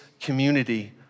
community